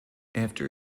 after